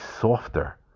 softer